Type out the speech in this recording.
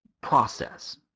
process